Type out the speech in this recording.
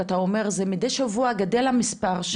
כי אתה אומר שמדי שבוע גדל המספר.